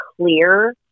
clear